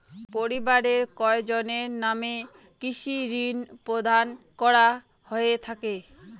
পরিবারের কয়জনের নামে কৃষি ঋণ প্রদান করা হয়ে থাকে?